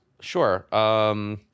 Sure